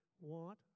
want